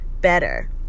better